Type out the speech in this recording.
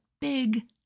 big